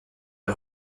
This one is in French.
est